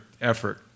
effort